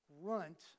runt